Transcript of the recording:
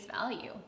value